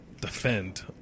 defend